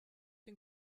den